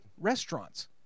Restaurants